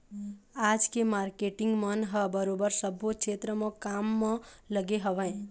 आज के मारकेटिंग मन ह बरोबर सब्बो छेत्र म काम म लगे हवँय